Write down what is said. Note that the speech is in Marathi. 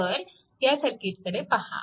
तर ह्या सर्किटकडे पहा